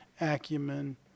acumen